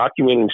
documenting